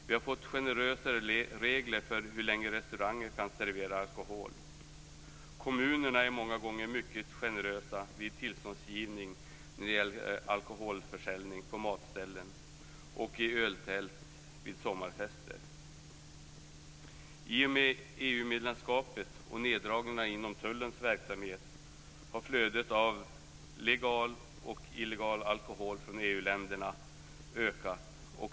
Vi har fått generösare regler för hur länge restauranger kan servera alkohol. Kommunerna är många gånger mycket generösa vid tillståndsgivning när det gäller alkoholförsäljning på matställen och i öltält vid sommarfester. I och med EU-medlemskapet och neddragningarna inom tullens verksamhet har flödet av legal och illegal alkohol från EU-länderna ökat.